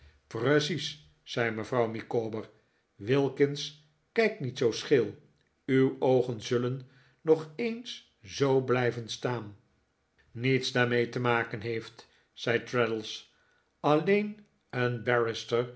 precies zei mevrouw micawber wilkins kijk niet zoo scheel uw oogen zullen nog eens zoo blijven staan niets daarmee te maken heeft zei traddles alleen een